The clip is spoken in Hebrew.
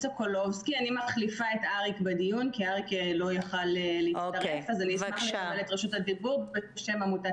ולהיות חלק מהתוכנית לא רק לטיפול אישי במי שחוזר לעבודה